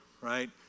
right